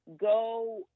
go